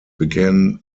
began